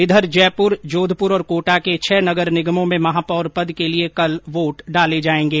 इधर जयपुर जोधपुर और कोटा के छह नगर निगमों में महापौर पद के लिए कल वोट डाले जायेंगे